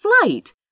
flight